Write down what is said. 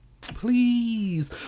please